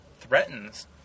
threatens